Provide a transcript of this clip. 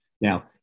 Now